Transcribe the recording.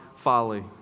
folly